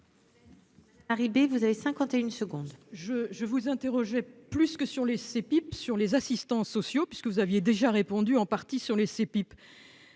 je vous interroger plus que sur les c'est pipe sur les assistants sociaux puisque vous aviez déjà répondu en partie sur les c'est